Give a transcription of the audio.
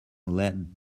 led